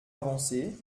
avancée